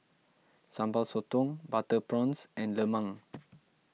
Sambal Sotong Butter Prawns and Lemang